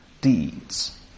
deeds